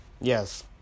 Yes